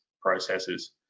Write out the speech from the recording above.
processes